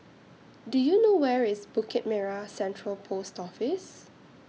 Do YOU know Where IS Bukit Merah Central Post Office